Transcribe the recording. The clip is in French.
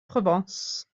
provence